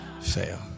fail